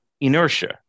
inertia